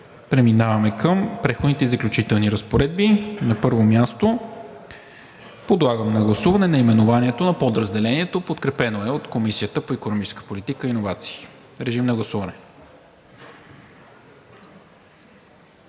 Преминаваме към „Преходните и заключителните разпоредби“ и на първо място подлагам на гласуване наименованието на Подразделението, подкрепено от Комисията по икономическа политика и иновации. Владимир Табутов?